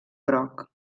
groc